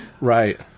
Right